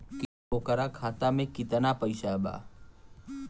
की ओकरा खाता मे कितना पैसा बा?